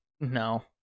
No